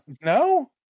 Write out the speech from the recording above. No